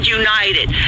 united